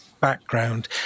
background